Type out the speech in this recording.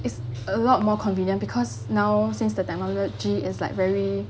it's a lot more convenient because now since the technology is like very